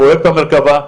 פרוייקט המרכבה,